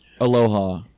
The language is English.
aloha